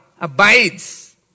abides